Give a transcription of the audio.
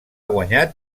guanyat